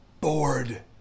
bored